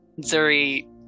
Zuri